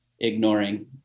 ignoring